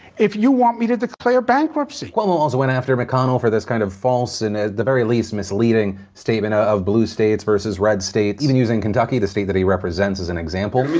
if you want me to declare bankruptcy? cuomo also went after mcconnell for this kind of false and at the very least, misleading statement ah of blue states versus red states, even using kentucky, the state that he represents as an example.